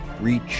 reach